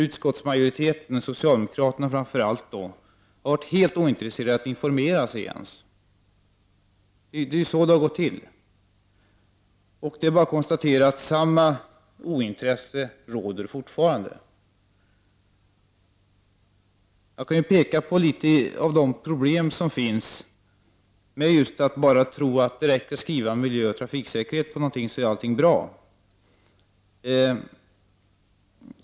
Utskottsmajoriteten, framför allt socialdemokraterna, har nämligen varit helt ointresserad av att ens informera sig. Det är ju så det har gått till. Det är bara att konstatera att samma ointresse fortfarande råder. Jag vill peka på några av de problem som finns just med att bara tro att det räcker att skriva någonting om miljöoch trafiksäkerhet och att allt därmed är bra.